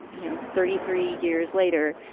you know, thirty three years later,